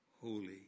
holy